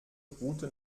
route